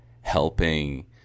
helping